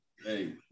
Hey